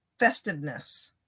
festiveness